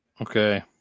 Okay